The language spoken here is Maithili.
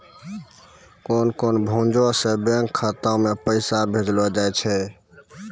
कोन कोन भांजो से बैंक खाता मे पैसा भेजलो जाय छै?